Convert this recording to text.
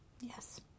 Yes